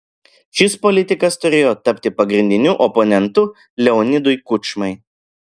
šis politikas turėjo tapti pagrindiniu oponentu leonidui kučmai